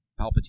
Palpatine